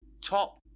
top